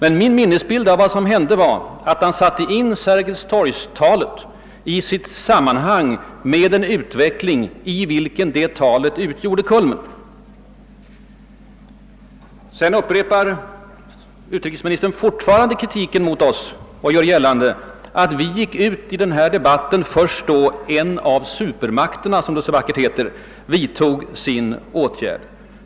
Enligt min minnesbild av vad som förekom på utrikesnämnden satte han in Sergels torg-talet i dess sammanhang med den utveckling på vilken talet utgjorde kulmen. Utrikesministern upprepar fortfarande kritiken mot oss för att vi skulle ha gått ut i debatten först när en av supermakterna — som det så vackert heter — vidtog sin åtgärd.